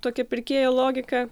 tokia pirkėjo logika